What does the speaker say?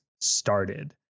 started